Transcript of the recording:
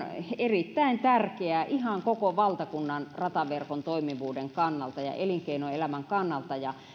erittäin tärkeää ihan koko valtakunnan rataverkon toimivuuden kannalta ja elinkeinoelämän kannalta ja